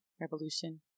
revolution